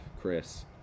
Chris